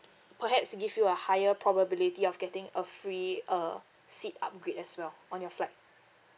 perhaps give you a higher probability of getting a free uh seat upgrade as well on your flight